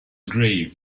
grave